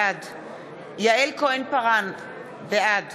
בעד יעל כהן-פארן, בעד